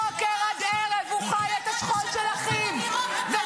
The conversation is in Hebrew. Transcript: בוקר עד ערב הוא חי את השכול של אחיו ------- וזה